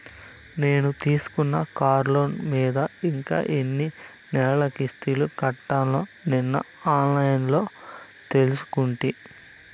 నేను తీసుకున్న కార్లోను మీద ఇంకా ఎన్ని నెలలు కిస్తులు కట్టాల్నో నిన్న ఆన్లైన్లో తెలుసుకుంటి